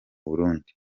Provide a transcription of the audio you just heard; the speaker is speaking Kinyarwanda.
burundi